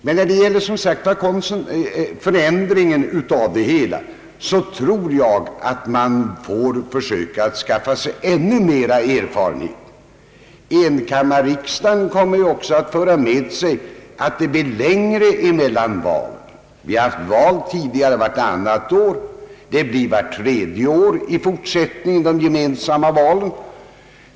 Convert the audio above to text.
Men innan man börjar ändra det hela tror jag att man måste försöka skaffa sig ännu mer erfarenhet. Enkammarriksdagen kommer ju också att föra med sig att det blir längre mellan valen. Vi har tidigare haft val vartannat år, och de gemensamma valen blir i fortsättningen vart tredje år.